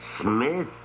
Smith